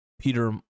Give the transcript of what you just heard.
Peter